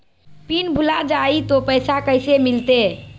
Pin भूला जाई तो पैसा कैसे मिलते?